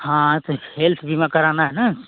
हाँ तो हेल्थ बीमा कराना है ना